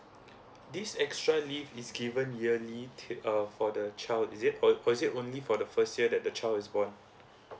this extra leave is given yearly til~ uh for the child is it or is it only for the first year that the child is born